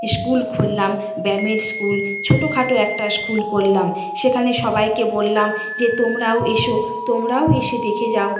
school খুললাম ব্যায়ামের school ছোটোখাটো একটা স্কুল করলাম সেখানে সবাইকে বললাম যে তোমরাও এসো তোমরাও এসে দেখে যাও